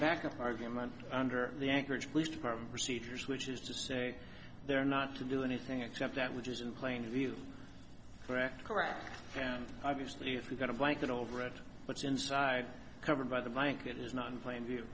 backup argument under the anchorage police department procedures which is to say they're not to do anything except that which is in plain view correct correct and obviously if you've got a blanket over it what's inside covered by the blanket is not in plain view